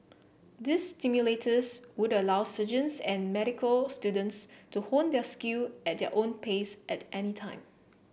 these simulators would allow surgeons and medical students to hone their skill at their own pace at any time